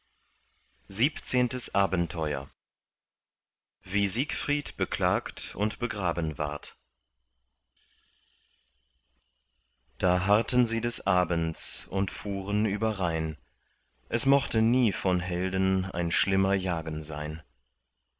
siebzehntes abenteuer wie siegfried beklagt und begraben ward da harrten sie des abends und fuhren überrhein es mochte nie von helden ein schlimmer jagen sein